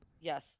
Yes